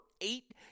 eight